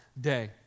day